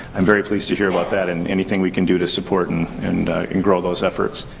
i'm very pleased to hear about that. and anything we can do to support and and and grow those efforts,